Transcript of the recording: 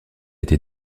été